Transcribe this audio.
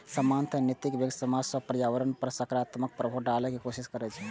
सामान्यतः नैतिक बैंक समाज आ पर्यावरण पर सकारात्मक प्रभाव डालै के कोशिश करै छै